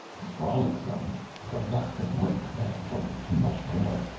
frolicsome from lack of work and from too much corn,